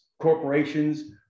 Corporations